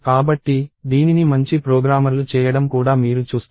కాబట్టి దీనిని మంచి ప్రోగ్రామర్లు చేయడం కూడా మీరు చూస్తారు